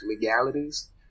legalities